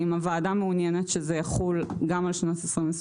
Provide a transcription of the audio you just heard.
אם הוועדה מעוניינת שזה יחול גם עד שנת 2023?